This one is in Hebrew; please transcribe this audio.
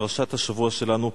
פרשת השבוע שלנו,